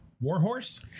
Warhorse